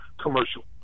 commercial